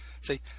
see